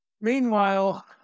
Meanwhile